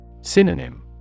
Synonym